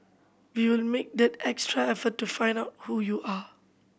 we will make that extra effort to find out who you are